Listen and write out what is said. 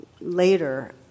later